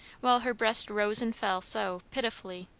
while her breast rose and fell so, pitifully.